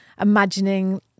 imagining